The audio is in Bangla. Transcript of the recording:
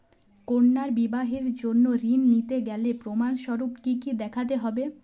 কন্যার বিবাহের জন্য ঋণ নিতে গেলে প্রমাণ স্বরূপ কী কী দেখাতে হবে?